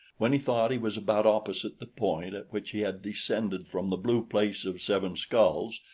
when he thought he was about opposite the point at which he had descended from the blue place of seven skulls,